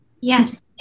Yes